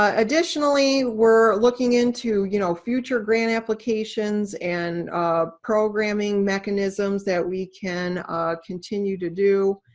ah additionally, we're looking into you know future grant applications, and programming mechanisms that we can continue to do.